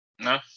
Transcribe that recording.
No